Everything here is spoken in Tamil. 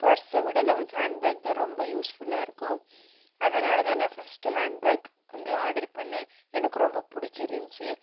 பர்ஸை விட நம்மளுக்கு ஹேண்ட் பேக் தான் ரொம்ப யூஸ் ஃபுல்லாக இருக்கும் அதுனால் தான் நான் ஃபஸ்ட்டு ஹேண்ட் பேக் வந்து ஆடர் பண்ணிணேன் எனக்கு ரொம்ப பிடிச்சிருந்திச்சி